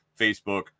Facebook